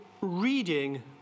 reading